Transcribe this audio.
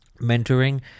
Mentoring